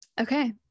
Okay